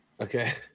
Okay